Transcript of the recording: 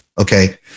Okay